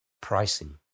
pricing